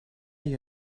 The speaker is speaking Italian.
gli